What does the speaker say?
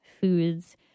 foods